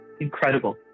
incredible